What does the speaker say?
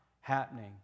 happening